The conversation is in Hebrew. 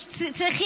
בעזה,